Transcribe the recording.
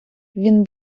він